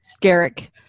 Garrick